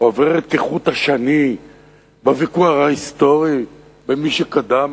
עוברת כחוט השני בוויכוח ההיסטורי, במי שקדם,